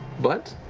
but.